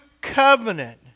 covenant